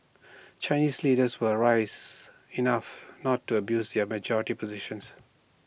Chinese leaders were rise enough not to abuse yet majority positions